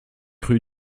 rue